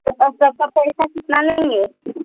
तो सबका पैसा कितना लेंगे